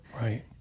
Right